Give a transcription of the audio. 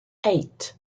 eight